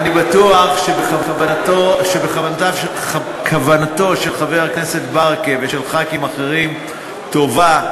אני בטוח שכוונתם של חבר הכנסת ברכה וחברי כנסת אחרים טובה,